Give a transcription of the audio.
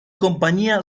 compañía